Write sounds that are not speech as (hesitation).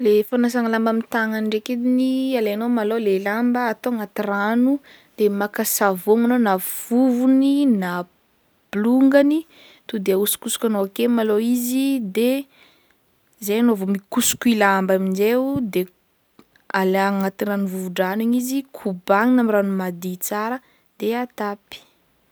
Le fagnasana lamba amy tagnagnany ndraiky ediny alainao malôha le lamba atao agnaty rano de maka savôgno anao na vovony na (hesitation) bolongany to de ahosokosoka anao ake malôha izy de zay anao vao mikosoko i lamba aminjay o de alagna agnaty rano vovodrano igny izy kobagnina amy rano madio tsara de atapy.